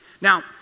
Now